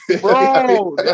Bro